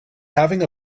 having